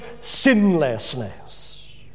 sinlessness